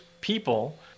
people